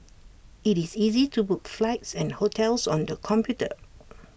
IT is easy to book flights and hotels on the computer